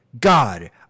God